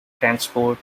transport